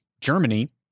Germany